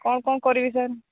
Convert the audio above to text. କ'ଣ କ'ଣ କରିବି ସାର୍